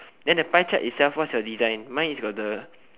then the pie chart itself what's your design mine is got the